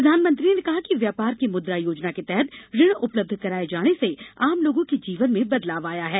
प्रधानमंत्री ने कहा कि व्यापार के मुद्रा योजना के तहत ऋण उपलब्ध कराये जाने से आम लोगों के जीवन में बदलाव आया है